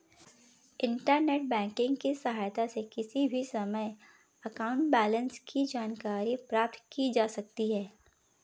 internet banking की सहायता से किसी भी समय अकाउंट बैलेंस की जानकारी प्राप्त की जा सकती है